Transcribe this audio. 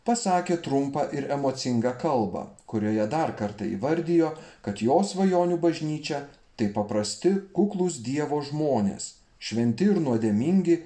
pasakė trumpą ir emocingą kalbą kurioje dar kartą įvardijo kad jo svajonių bažnyčia tai paprasti kuklūs dievo žmonės šventi ir nuodėmingi